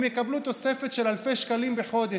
הם יקבלו תוספת של אלפי שקלים בחודש.